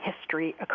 history